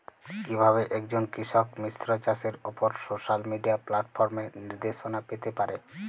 কিভাবে একজন কৃষক মিশ্র চাষের উপর সোশ্যাল মিডিয়া প্ল্যাটফর্মে নির্দেশনা পেতে পারে?